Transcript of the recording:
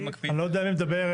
אני לא יודע מי מדברת.